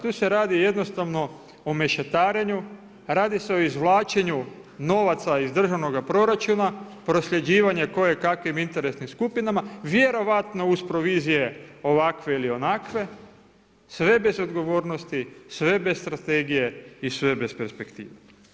Tu se radi jednostavno o mešetarenju, radi se o izvlačenju novaca iz državnoga proračuna, prosljeđivanju koje kakvim interesnim skupinama, vjerojatno uz provizije ovakve ili onakve, sve bez odgovornosti, sve bez strategije i sve bez perspektive.